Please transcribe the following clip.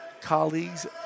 colleagues